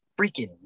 freaking